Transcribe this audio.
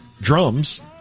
drums